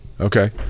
Okay